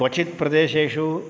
क्वचित् प्रदेशेषु